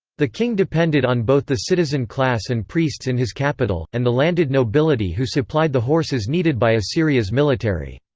the king depended on both the citizen class and priests in his capital, and the landed nobility who supplied the horses needed by assyria's military.